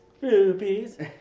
Rupees